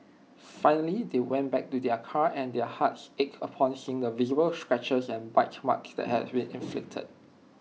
finally they went back to their car and their hearts ached upon seeing the visible scratches and bite marks that had been inflicted